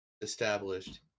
established